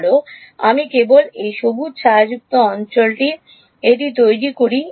ভাল আমি কেবল এই সবুজ ছায়াযুক্ত অঞ্চলে এটি তৈরি করি